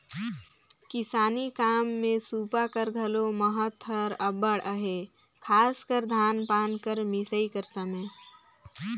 किसानी काम मे सूपा कर घलो महत हर अब्बड़ अहे, खासकर धान पान कर मिसई कर समे